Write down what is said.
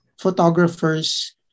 photographers